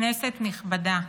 כנסת נכבדה,